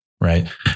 Right